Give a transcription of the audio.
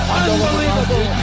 unbelievable